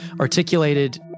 articulated